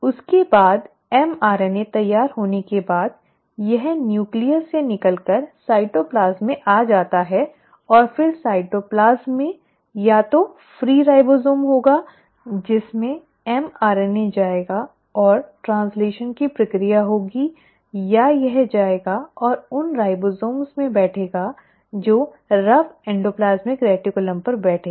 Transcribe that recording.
उसके बाद mRNA तैयार होने के बाद यह न्यूक्लियस से निकलकर साइटप्लैज़म में आ जाता है और फिर साइटप्लैज़म में या तो फ्री राइबोसोम होगा जिसमें mRNA जाएगा और ट्रैन्स्लैशन की प्रक्रिया होगी या यह जाएगा और उन राइबोसोम में बैठेगा जो रफ़ एंडोप्लाज्मिक रेटिकुलम पर बैठे हैं